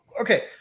okay